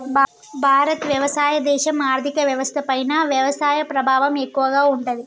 భారత్ వ్యవసాయ దేశం, ఆర్థిక వ్యవస్థ పైన వ్యవసాయ ప్రభావం ఎక్కువగా ఉంటది